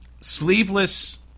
sleeveless